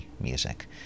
music